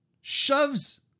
shoves